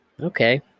Okay